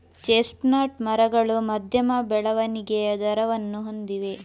chestnut ಮರಗಳು ಮಧ್ಯಮ ಬೆಳವಣಿಗೆಯ ದರವನ್ನು ಹೊಂದಿವೆ